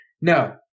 No